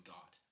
God